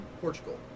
Portugal